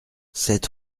sept